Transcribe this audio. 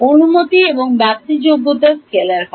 অনুমতি এবং ব্যাপ্তিযোগ্যতা স্কেলার হয়